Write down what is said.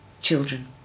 children